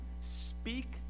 speak